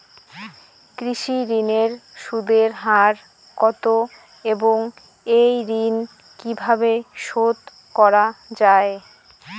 কৃষি ঋণের সুদের হার কত এবং এই ঋণ কীভাবে শোধ করা য়ায়?